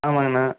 ஆமாங்கண்ணா